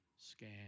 scan